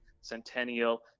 Centennial